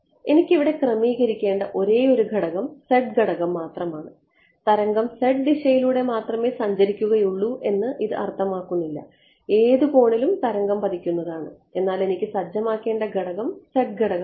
എനിക്ക് ഇവിടെ ക്രമീകരിക്കേണ്ട ഒരേയൊരു ഘടകം z ഘടകം മാത്രമാണ് തരംഗം z ദിശയിലൂടെ മാത്രമേ സഞ്ചരിക്കുകയുള്ളൂ എന്ന് ഇത് അർത്ഥമാക്കുന്നില്ല ഏത് കോണിലും തരംഗം പതിക്കുന്നതാണ് എന്നാൽ എനിക്ക് സജ്ജമാക്കേണ്ട ഘടകം z ഘടകമാണ്